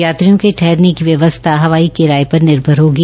यात्रियों के ठहरने की व्यवस्था हवाई किराये पर निर्भर होगी